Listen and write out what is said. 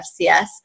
FCS